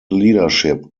leadership